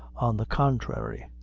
on the contrary,